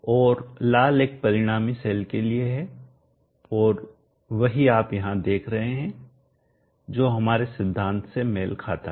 और लाल एक परिणामी सेल के लिए है और वही आप यहां देख रहे हैं जो हमारे सिद्धांत से मेल खाता है